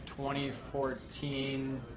2014